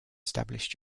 established